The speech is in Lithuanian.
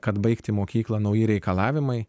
kad baigti mokyklą nauji reikalavimai